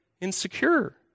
insecure